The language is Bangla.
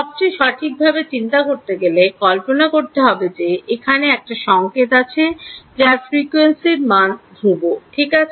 সবচেয়ে সঠিকভাবে চিন্তা করতে গেলে কল্পনা করতে হবে যে এখানে একটা সংকেত আছে যার ফ্রিকুয়েন্সি w এর মান ধ্রুব ঠিক আছে